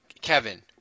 Kevin